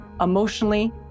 emotionally